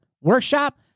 workshop